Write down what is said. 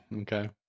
Okay